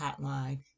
hotline